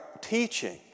teaching